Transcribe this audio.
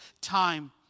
time